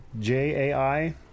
j-a-i